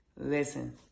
Listen